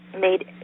made